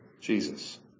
Jesus